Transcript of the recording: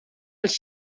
els